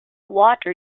water